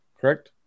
correct